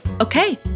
Okay